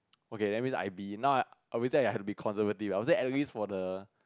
okay that means I be now I would say I would have to be conservative I would say at least for the